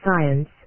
science